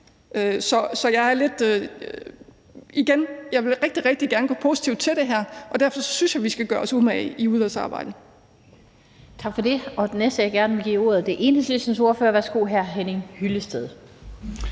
Så igen vil jeg sige: Jeg vil rigtig, rigtig gerne gå positivt til det her, og derfor synes jeg, vi skal gøre os umage i udvalgsarbejdet. Kl. 16:44 Den fg. formand (Annette Lind): Tak for det. Den næste, jeg gerne vil give ordet, er Enhedslistens ordfører. Værsgo, hr. Henning Hyllested.